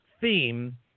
theme